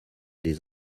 des